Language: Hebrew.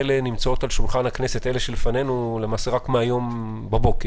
התקנות האלה נמצאות על שולחן הכנסת רק מהיום בבוקר.